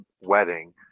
wedding